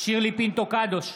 שירלי פינטו קדוש,